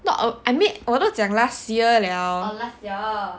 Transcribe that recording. not a I mean 我都讲 last year liao